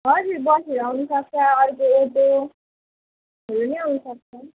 हजुर बसहरू आउन सक्छ अर्को अटोहरू नि आउन सक्छ